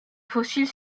fossiles